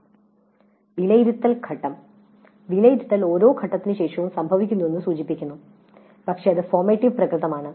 വിലയിരുത്തൽ ഘട്ടം "വിലയിരുത്തൽ" ഓരോ ഘട്ടത്തിനുശേഷവും സംഭവിക്കുന്നുവെന്ന് സൂചിപ്പിച്ചിരുന്നു പക്ഷേ അത് ഫോമേറ്റിവ് പ്രകൄതമാണ്